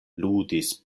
ludis